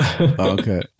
Okay